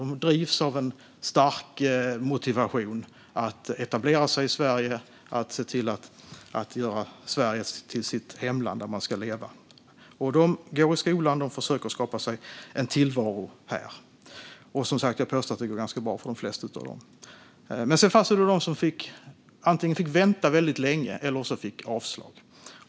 De drivs av en stark motivation att etablera sig i Sverige och göra Sverige till sitt hemland där man ska leva. De går i skolan och försöker att skapa sig en tillvaro här, och jag påstår som sagt att det går ganska bra för de flesta av dem. Så fanns det de som antingen fick vänta väldigt länge eller som fick avslag.